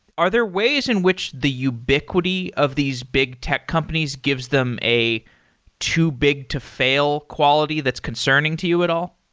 are there ways in which the ubiquity of these big tech companies gives them a too big to fail quality that's concerning to you at all?